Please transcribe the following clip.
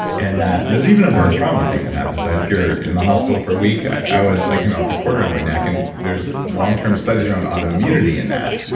and ah there's even a birth trauma thing that happens right? if you're in the hospital for a week i was, i came out with a cord around my neck and there's long-term studies around auto immunity in that.